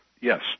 Yes